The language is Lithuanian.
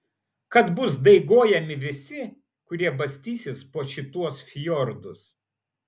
kad bus daigojami visi kurie bastysis po šituos fjordus